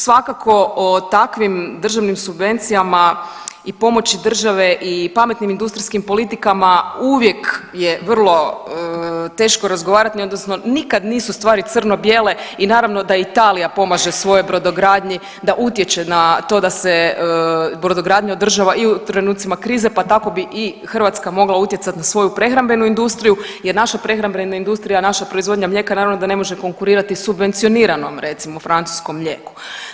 Svakako o takvim državnim subvencijama i pomoći države i pametnim industrijskim politikama uvijek je vrlo teško razgovarati odnosno nikad nisu stvari crno bijele i naravno da Italija pomaže svojoj brodogradnji da utječe na to da se brodogradnja održava i u trenucima krize pa tako bi i Hrvatska mogla utjecati na svoju prehrambenu industriju jer naša prehrambena industrija, naša proizvodnja mlijeka naravno da ne može konkurirati subvencioniramo recimo francuskom mlijeku.